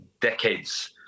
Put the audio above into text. decades